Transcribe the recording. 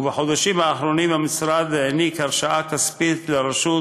ובחודשים האחרונים העניק הרשאה כספית לרשות